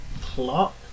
plot